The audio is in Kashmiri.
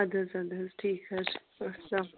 ادٕ حظ ادٕ ٹھیٖک حظ چھُ